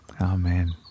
Amen